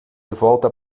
volta